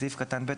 בסעיף קטן (ב),